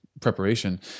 preparation